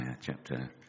chapter